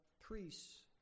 priests